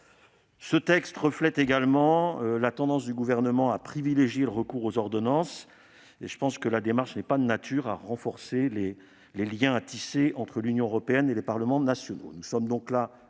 Ce texte reflète également la tendance du Gouvernement à privilégier le recours aux ordonnances. Une telle démarche n'est pas de nature à renforcer les liens à nouer entre l'Union européenne et les parlements nationaux, me semble-t-il.